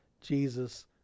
Jesus